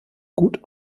gut